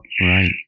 Right